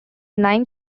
nine